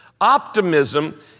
Optimism